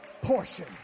portion